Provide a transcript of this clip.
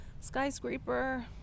skyscraper